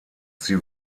sie